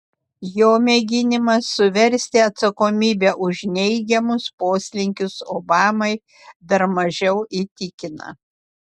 jo mėginimas suversti atsakomybę už neigiamus poslinkius obamai dar mažiau įtikina